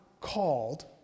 called